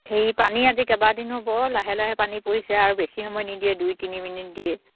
সেই পানী আজি কেইবাদিনো হ'ল বৰ লাহে লাহে পানী পৰিছে আৰু বেছি সময় নিদিয়ে দুই তিনি মিনিট দিয়ে